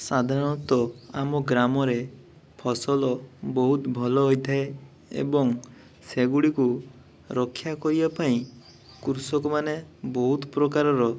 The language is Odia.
ସାଧାରଣତଃ ଆମ ଗ୍ରାମରେ ଫସଲ ବହୁତ ଭଲ ହେଇଥାଏ ଏବଂ ସେଗୁଡ଼ିକୁ ରକ୍ଷାକରିବା ପାଇଁ କୃଷକମାନେ ବହୁତ ପ୍ରକାରର